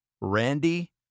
Randy